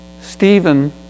Stephen